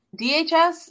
DHS